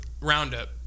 roundup